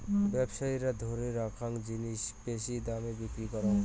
ব্যবসায়ীরা ধরে রাখ্যাং জিনিস বেশি দামে বিক্রি করং